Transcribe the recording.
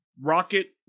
rocket